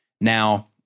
Now